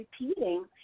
repeating